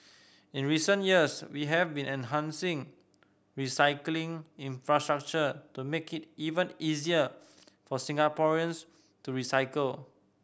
in recent years we have been enhancing recycling infrastructure to make it even easier for Singaporeans to recycle